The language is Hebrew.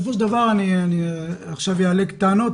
אני עכשיו אעלה טענות,